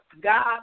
God